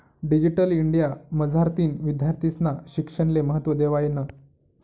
digital India मझारतीन विद्यार्थीस्ना शिक्षणले महत्त्व देवायनं